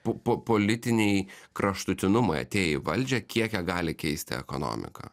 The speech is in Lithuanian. po po politiniai kraštutinumai atėję į valdžią kiek gali keisti ekonomiką